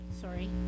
sorry